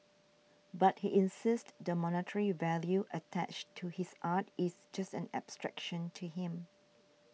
but he insists the monetary value attached to his art is just an abstraction to him